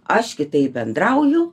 aš kitaip bendrauju